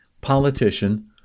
politician